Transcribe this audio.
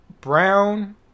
brown